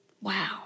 Wow